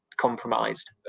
compromised